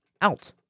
out